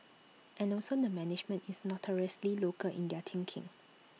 and also the management is notoriously local in their thinking